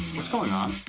what's going on?